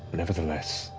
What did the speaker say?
nevertheless,